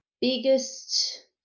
biggest